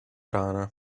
rana